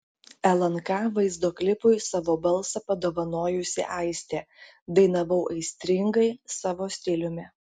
lnk vaizdo klipui savo balsą padovanojusi aistė dainavau aistringai savo stiliumi